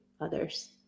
others